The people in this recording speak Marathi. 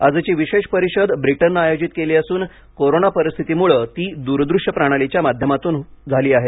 आजची विशेष परिषद ब्रिटननं आयोजित केली असून कोरोना परिस्थितीमुळ ती दूरदृश्य प्रणालीच्या माध्यमातून होणार आहे